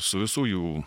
su visų jų